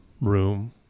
room